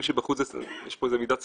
מי שבחוץ יש פה מידת סלחנות,